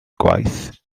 gwaith